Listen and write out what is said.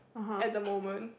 at the moment